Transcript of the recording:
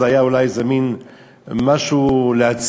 זה היה אולי איזה מין משהו להצהיר,